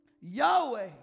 Yahweh